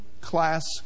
class